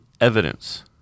evidence